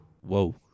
Whoa